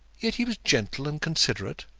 yet he was gentle and considerate.